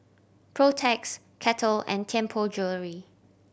Protex Kettle and Tianpo Jewellery